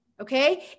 Okay